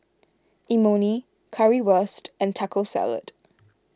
Imoni Currywurst and Taco Salad